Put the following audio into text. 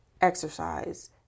exercise